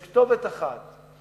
יש כתובת אחת,